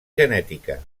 genètica